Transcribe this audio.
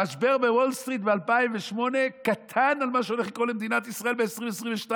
המשבר בוול סטריט ב-2008 קטן על מה שהולך לקרות למדינת ישראל ב-2022.